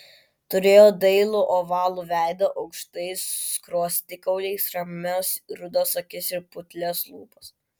turėjo dailų ovalų veidą aukštais skruostikauliais ramias rudas akis ir putlias lūpas